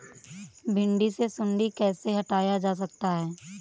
भिंडी से सुंडी कैसे हटाया जा सकता है?